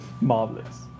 Marvelous